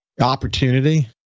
opportunity